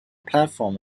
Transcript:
platform